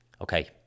Okay